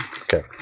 Okay